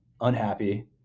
unhappy